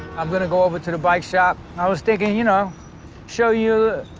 i'm gonna go over to the bike shop. i was thinking you know show you